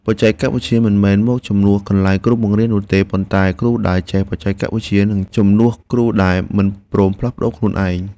បច្ចេកវិទ្យាមិនមែនមកជំនួសកន្លែងគ្រូបង្រៀននោះទេប៉ុន្តែគ្រូដែលចេះបច្ចេកវិទ្យានឹងជំនួសគ្រូដែលមិនព្រមផ្លាស់ប្តូរខ្លួនឯង។